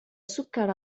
سكر